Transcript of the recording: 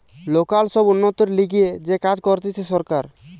local সব উন্নতির লিগে যে কাজ করতিছে সরকার